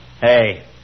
Hey